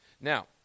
Now